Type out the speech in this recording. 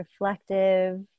reflective